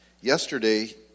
Yesterday